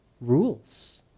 rules